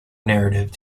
narrative